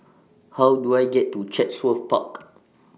How Do I get to Chatsworth Park